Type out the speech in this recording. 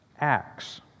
Acts